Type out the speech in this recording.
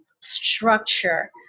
structure